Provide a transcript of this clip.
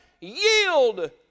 yield